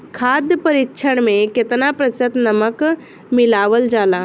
खाद्य परिक्षण में केतना प्रतिशत नमक मिलावल जाला?